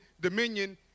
dominion